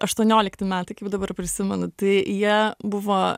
aštuoniolikti metai kaip dabar prisimenu tai jie buvo